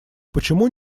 почему